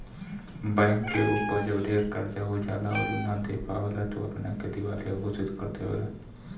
bank के ऊपर जब ढेर कर्जा हो जाएला अउरी उ ना दे पाएला त उ अपना के दिवालिया घोषित कर देवेला